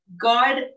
God